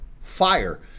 fire